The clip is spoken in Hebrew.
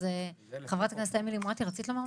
אז חברת הכנסת אמילי מואטי רצית לומר משהו?